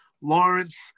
Lawrence